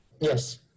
Yes